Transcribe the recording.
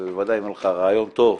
בוודאי אם הרעיון טוב,